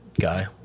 guy